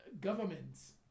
governments